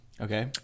Okay